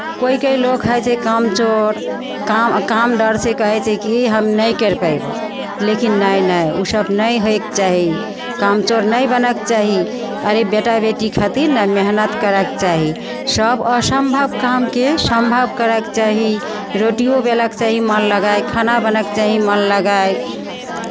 कोइ कोइ लोक हइ छै कामचोर काम काम डरसँ कहै छै की नहि करि पयबहु लेकिन नहि नहि ओसभ नहि होइके चाही कामचोर नहि बनक चाही अरे बेटा बेटी खातिर ने मेहनत करयके चाही सभ असम्भव कामकेँ सम्भव करयके चाही रोटियो बेलक चाही मन लगाय खाना बनक चाही मन लगाय